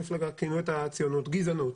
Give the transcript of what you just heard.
כינו את הציונות גזענות.